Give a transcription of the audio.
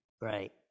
right